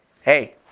Hey